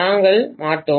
நாங்கள் மாட்டோம்